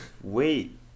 Wait